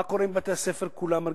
מה קורה עם בתי-הספר כולם,